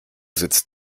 sitzt